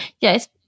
Yes